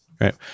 right